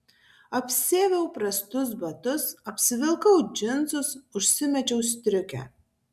apsiaviau prastus batus apsivilkau džinsus užsimečiau striukę